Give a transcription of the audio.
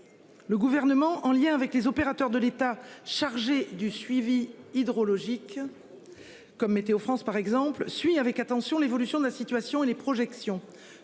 Le gouvernement en lien avec les opérateurs de l'État chargé du suivi hydrologique. Comme météo France, par exemple, suit avec attention l'évolution de la situation et les projections